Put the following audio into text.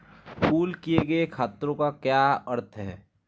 Pool किए गए खातों का क्या अर्थ है?